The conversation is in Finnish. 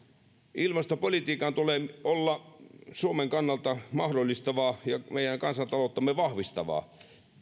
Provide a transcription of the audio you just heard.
ilmastopolitiikan tulee olla suomen kannalta mahdollistavaa ja meidän kansantalouttamme vahvistavaa